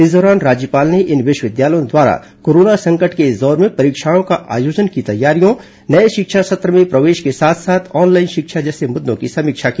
इस दौरान राज्यपाल ने इन विश्वविद्यालयों द्वारा कोरोना संकट के इस दौर में परीक्षाओं का आयोजन की तैयारियों नये शिक्षा सत्र में प्रवेश के साथ साथ ऑनलाइन शिक्षा जैसे मुद्दों की समीक्षा की